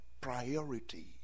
priority